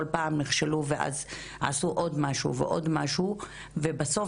כל פעם נכשלו ואז עשו עוד משהו ועוד משהו ובסוף